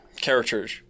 characters